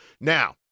Now